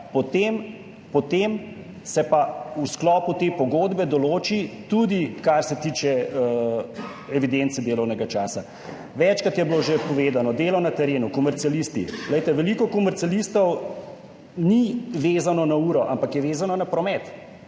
Potem pa se v sklopu te pogodbe določi tudi to, kar se tiče evidence delovnega časa. Večkrat je bilo že povedano, delo na terenu, komercialisti. Veliko komercialistov ni vezanih na uro, ampak so vezani na promet,